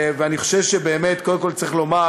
ואני חושב שבאמת קודם כול צריך לומר